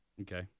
Okay